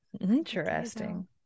Interesting